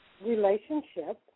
relationship